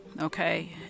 Okay